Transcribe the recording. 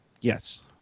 Yes